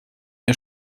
ihr